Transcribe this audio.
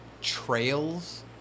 trails